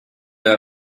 der